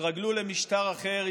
למשטר אחר,